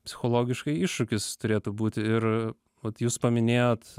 psichologiškai iššūkis turėtų būti ir vat jūs paminėjot